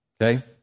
okay